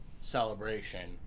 Celebration